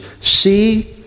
see